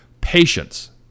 patience